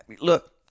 look